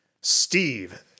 Steve